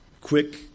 quick